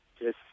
Yes